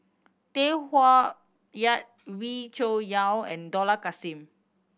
Tay Koh Yat Wee Cho Yaw and Dollah Kassim